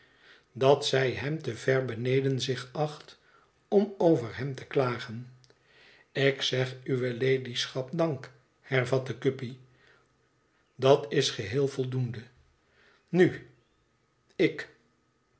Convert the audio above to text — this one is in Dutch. dat zij hem te ver beneden zich acht om over hem te klagen ik zeg uwe ladyschap dank hervatte guppy dat is geheel voldoende nu ik